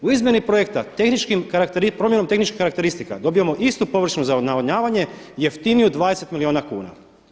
U izmjeni projekta promjenom tehničkih karakteristika dobijamo istu površinu za navodnjavanje jeftiniju 20 milijuna kuna.